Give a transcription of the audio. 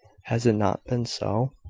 has it not been so?